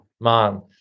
man